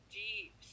deep